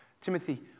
Timothy